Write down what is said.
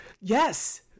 Yes